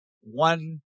one